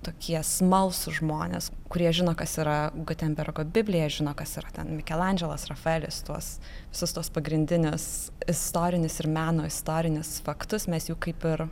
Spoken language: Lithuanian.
tokie smalsūs žmonės kurie žino kas yra gutenbergo biblija žino kas yra ten mikelandželas rafaelis tuos visus tuos pagrindinius istorinius ir meno istorinius faktus mes jų kaip ir